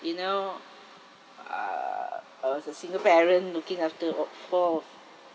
you know err uh as a single parent looking after all four